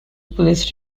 police